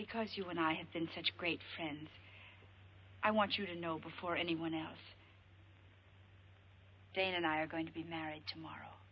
because you and i have been such great friends i want you to know before anyone else jane and i are going to be married tomorrow